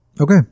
Okay